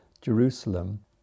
Jerusalem